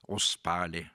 o spali